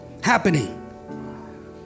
happening